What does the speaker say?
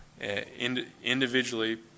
individually